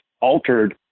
altered